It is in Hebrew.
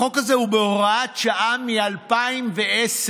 החוק הזה הוא בהוראת שעה מ-2010,